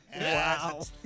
Wow